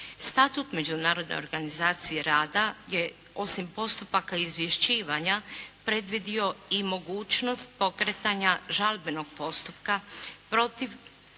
Statut međunarodne organizacije rada je, osim postupaka izvješćivanja, predvidio i mogućnost pokretanja žalbenog postupka protiv